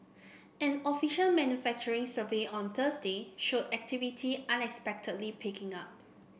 an official manufacturing survey on Thursday showed activity unexpectedly picking up